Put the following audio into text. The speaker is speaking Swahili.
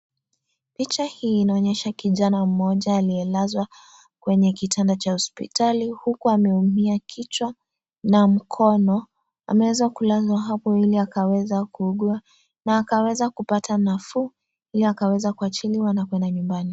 Picha hii inaonyesha kijana mmoja aliyelazwa kwenye kitanda cha hospitali huku ameumia kichwa na mkono. Ameweza kulazwa hapo ili akaweza kuugua na akaweza kupata nafuu ili akaweza kuachiliwa na kuenda nyumbani.